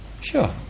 Sure